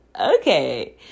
okay